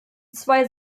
zwei